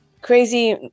crazy